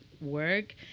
work